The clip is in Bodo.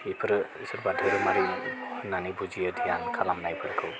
बेफोरो सोरबा धोरोमारि होननानै बुजियो ध्यान खालामनायफोरखौ